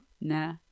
Nah